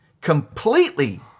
completely